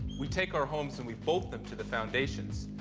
we take our homes and we bolt them to the foundations.